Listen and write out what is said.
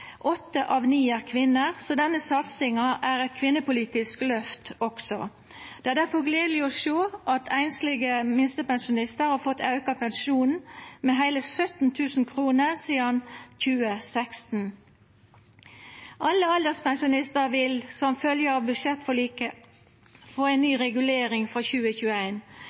åtte av ni er kvinner – så denne satsinga er også eit kvinnepolitisk løft. Det er difor gledeleg å sjå at einslege minstepensjonistar har fått auka pensjonen med heile 17 000 kr sidan 2016. Alle alderspensjonistar vil, som følgje av budsjettforliket, få ei ny regulering frå